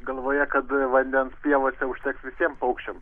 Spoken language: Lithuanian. galvoje kad vandens pievose užteks visiem paukščiam